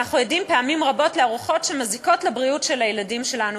אנחנו עדים פעמים רבות לארוחות שמזיקות לבריאות של הילדים שלנו,